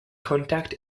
contact